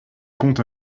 compte